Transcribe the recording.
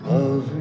Love